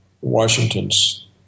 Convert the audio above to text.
Washington's